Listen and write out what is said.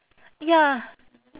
ya